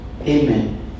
Amen